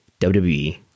WWE